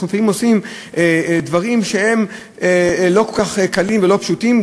אנחנו לפעמים עושים דברים שהם לא כל כך קלים ולא פשוטים.